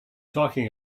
talking